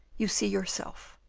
you see yourself.